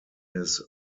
his